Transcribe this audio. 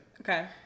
Okay